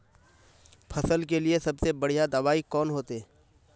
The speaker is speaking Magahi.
फसल के लिए सबसे बढ़िया दबाइ कौन होते?